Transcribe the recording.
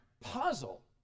puzzle